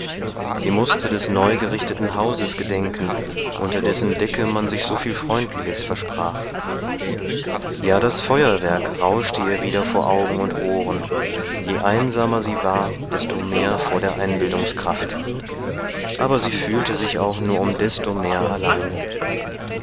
sie mußte des neugerichteten hauses gedenken unter dessen decke man sich soviel freundliches versprach ja das feuerwerk rauschte ihr wieder vor augen und ohren je einsamer sie war desto mehr vor der einbildungskraft aber sie fühlte sich auch nur um desto mehr allein